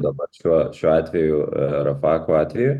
dabar šiuo šiuo atveju rafahu atveju